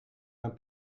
een